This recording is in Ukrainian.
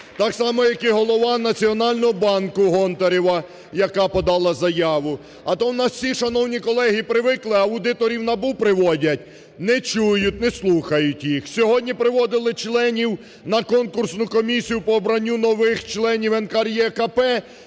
Так само як і Голова Національного банку Гонтарева, яка подала заяву. А то у нас всі, шановні колеги, привикли, аудиторів НАБУ приводять, не чують, не слухають їх, сьогодні приводили членів на конкурсну комісію по обранню нових членів НКРЕКП